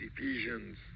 Ephesians